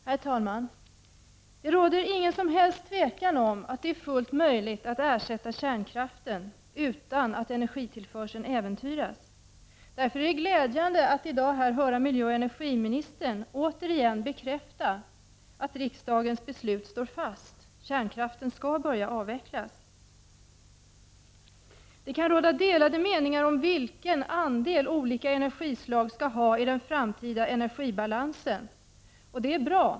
Herr talman! Det råder inget som helst tvivel om att det är fullt möjligt att ersätta kärnkraften utan att energitillförseln äventyras. Därför är det glädjande att i dag höra miljöoch energiministern återigen bekräfta att riksdagens beslut står fast: kärnkraften skall börja avvecklas. Det kan råda delade meningar om vilken andel olika energislag skall ha i den framtida energibalansen, och det är bra.